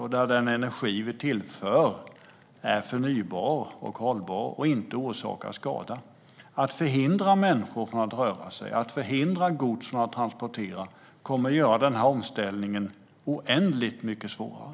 Och den energi som vi tillför är förnybar och hållbar och orsakar inte skada. Att förhindra människor från att röra sig och att förhindra gods från att transporteras kommer att göra denna omställning oändligt mycket svårare.